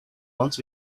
once